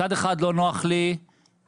מצד אחד לא נוח לי ללחוץ,